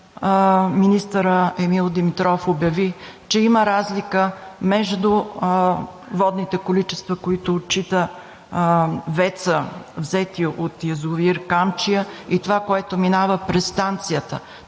министър Емил Димитров обяви, че има разлика между водните количества, които отчита ВЕЦ-ът, взети от язовир „Камчия“, и това, което минава през станцията.